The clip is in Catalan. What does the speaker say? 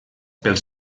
pels